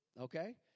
Okay